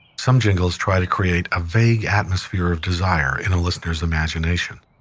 some jingles try to create a vague atmosphere of desire in a listener's imagination.